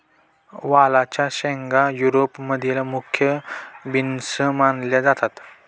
वालाच्या शेंगा युरोप मधील मुख्य बीन्स मानल्या जातात